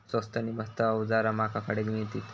स्वस्त नी मस्त अवजारा माका खडे मिळतीत?